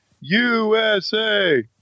USA